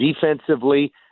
defensively